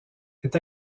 est